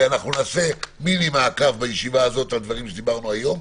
אנחנו נקיים מיני-מעקב בישיבה הבאה על הדברים שדיברנו היום.